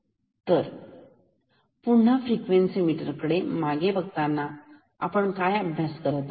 तरपुन्हा frequency meter कडे मागे बघताना आपण काय अभ्यास करत आहोत